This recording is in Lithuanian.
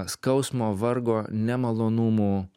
skausmo vargo nemalonumų